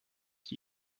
qui